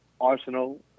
Arsenal